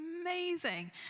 amazing